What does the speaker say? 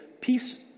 Peace